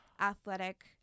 athletic